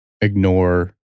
ignore